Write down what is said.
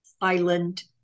island